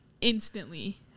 instantly